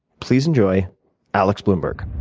please enjoy alex blumberg.